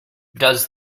does